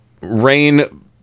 Rain